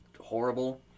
horrible